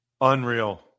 Unreal